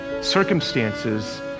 circumstances